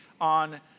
on